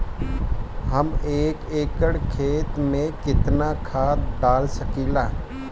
हम एक एकड़ खेत में केतना खाद डाल सकिला?